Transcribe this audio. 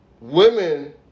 women